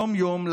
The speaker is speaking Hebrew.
יום-יום,